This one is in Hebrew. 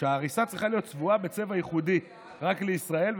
שהעריסה צריכה להיות צבועה בצבע ייחודי רק לישראל,